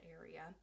area